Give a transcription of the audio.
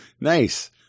Nice